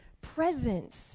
presence